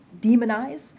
demonize